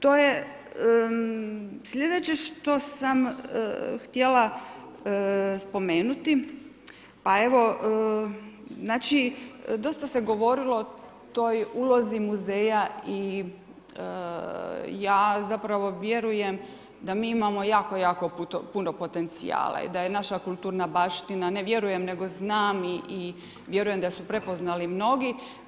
To je, sljedeće što sam htjela spomenuti, pa evo, znači, dosta se govorilo o toj ulozi muzeja i ja zapravo vjerujem da mi imamo jako jako puno potencijala i da je naša kulturna baština, ne vjerujem nego znam i vjerujem da su prepoznali mnogi.